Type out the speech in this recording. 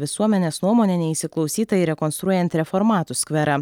visuomenės nuomonę neįsiklausyta ir rekonstruojant reformatų skverą